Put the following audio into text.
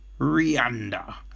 Rianda